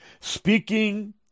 Speaking